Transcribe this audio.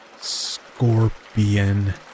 Scorpion